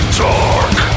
dark